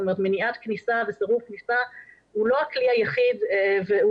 מניעת כניסה וסירוב כניסה הוא לא הכלי היחיד והוא